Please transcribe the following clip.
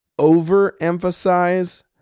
overemphasize